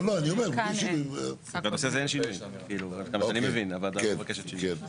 עם כמה שאני מבין, הוועדה הזאת לא מבקשת שינוי.